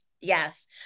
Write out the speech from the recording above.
yes